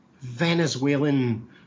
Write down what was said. Venezuelan